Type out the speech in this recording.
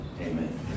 amen